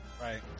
right